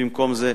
במקום זה.